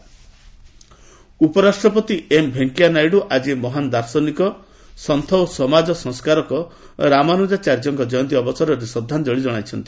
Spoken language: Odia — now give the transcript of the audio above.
ଭିପି ରାମାନୁଜଚାର୍ଯ୍ୟ ଉପରାଷ୍ଟ୍ରପତି ଏମ୍ ଭେଙ୍କେୟା ନାଇଡ଼ୁ ଆଜି ମହାନ୍ ଦାର୍ଶନିକ ସନ୍ତୁ ଓ ସମାଜ ସଂସ୍କାରକ ରାମାନୁଜାଚାର୍ଯ୍ୟଙ୍କ କୟନ୍ତୀ ଅବସରରେ ଶ୍ରଦ୍ଧାଞ୍ଜଳି ଜଣାଇଛନ୍ତି